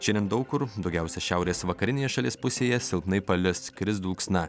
šiandien daug kur daugiausiai šiaurės vakarinėje šalies pusėje silpnai palis kris dulksna